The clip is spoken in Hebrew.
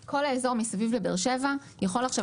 כל האזור מסביב לבאר שבע יכול עכשיו